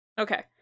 Okay